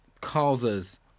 causes